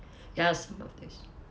yes